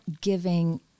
giving